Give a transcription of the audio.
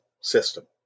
system